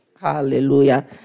Hallelujah